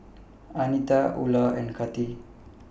Anita Ula and Kati